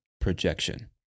projection